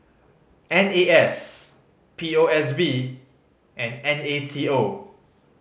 N A S P O S B and N A T O